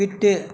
விட்டு